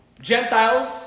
Gentiles